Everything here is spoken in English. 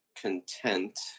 content